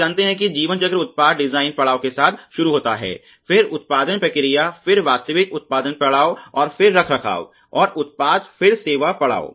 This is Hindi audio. आप जानते हैं कि जीवन चक्र उत्पाद डिजाइन पड़ाव के साथ शुरू होता है फिर उत्पादन प्रक्रिया फिर वास्तविक उत्पादन पड़ाव और फिर रखरखाव और उत्पाद फिर सेवा पड़ाव